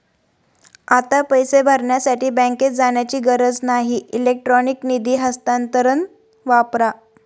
आता पैसे भरण्यासाठी बँकेत जाण्याची गरज नाही इलेक्ट्रॉनिक निधी हस्तांतरण वापरा